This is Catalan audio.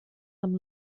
amb